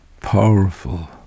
powerful